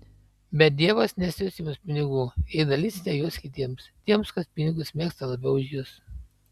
bet dievas nesiųs jums pinigų jei dalysite juos kitiems tiems kas pinigus mėgsta labiau už jus